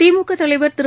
திமுக தலைவர் திரு